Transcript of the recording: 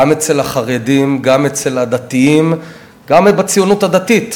גם אצל החרדים, גם אצל הדתיים.